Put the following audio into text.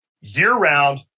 year-round